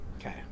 Okay